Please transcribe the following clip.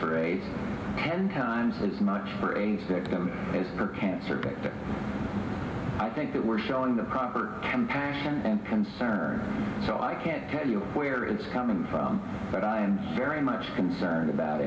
for eight ten times as much for aids victims as per cancer but i think that we're showing the proper compassion and concern so i can't tell you where it's coming from but i am very much concerned about